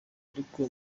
ariko